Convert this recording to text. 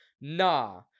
Nah